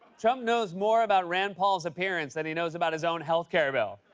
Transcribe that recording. trump knows more about rand paul's appearance and he knows about his own health care bill.